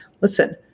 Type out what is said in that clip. listen